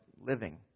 living